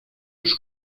już